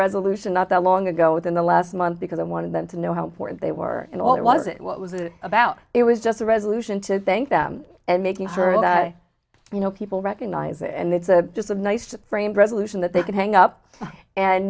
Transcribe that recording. resolution not that long ago within the last month because i wanted them to know how important they were and all that wasn't what was about it was just a resolution to thank them and making sure that you know people recognize it and it's a just a nice framed resolution that they can hang up and